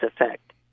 effect